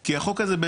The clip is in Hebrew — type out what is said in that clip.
כי החוק הזה,